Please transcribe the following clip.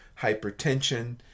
hypertension